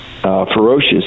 ferocious